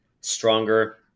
stronger